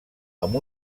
amb